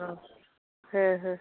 ᱦᱮᱸ ᱦᱮᱸ